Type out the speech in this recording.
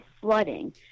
flooding